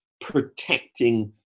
protecting